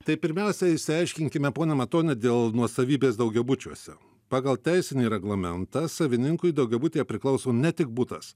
tai pirmiausia išsiaiškinkime ponia matoni dėl nuosavybės daugiabučiuose pagal teisinį reglamentą savininkui daugiabutyje priklauso ne tik butas